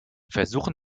versuchen